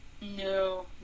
No